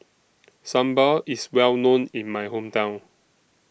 Sambal IS Well known in My Hometown